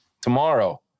tomorrow